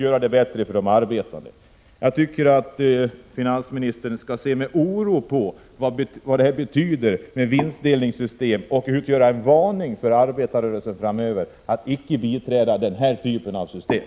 Då skulle det bli bättre för de arbetande. Jag tycker att finansministern måste oroa sig över tanken på ett vinstdelningssystem och varna arbetarrörelsen för att stödja denna typ av system.